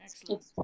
Excellent